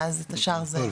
ואז את השאר למעשה לא,